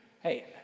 Hey